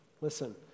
listen